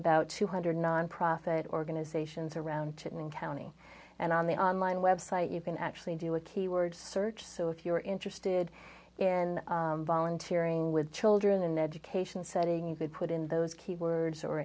about two hundred nonprofit organizations around to in county and on the online web site you can actually do a keyword search so if you're interested in volunteering with children in education setting you could put in those key words or